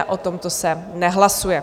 O tomto se nehlasuje.